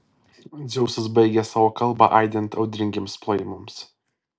dzeusas baigė savo kalbą aidint audringiems plojimams